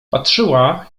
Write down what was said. patrzyła